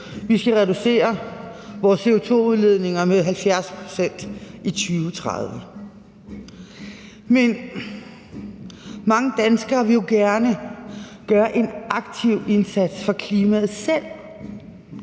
Vi skal reducere vores CO2-udledninger med 70 pct. i 2030. Men mange danskere vil jo gerne selv gøre en aktiv indsats for klimaet.